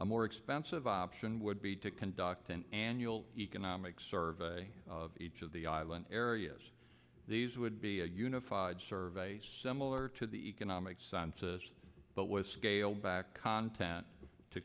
a more expensive option would be to conduct an and economic survey each of the island areas these would be a unified survey similar to the economic sciences but was scaled back content to